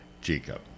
Jacob